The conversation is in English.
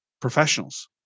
professionals